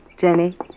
Jenny